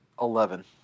eleven